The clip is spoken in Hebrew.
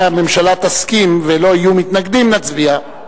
אם הממשלה תסכים ולא יהיו מתנגדים, נצביע.